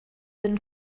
than